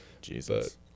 jesus